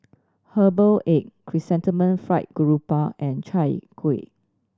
herbal egg Chrysanthemum Fried Grouper and Chai Kuih